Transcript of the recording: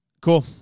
cool